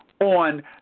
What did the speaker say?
on